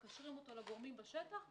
ומקשרים אותו לגורמים בשטח.